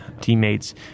teammates